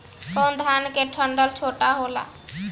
कौन धान के डंठल छोटा होला?